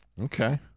Okay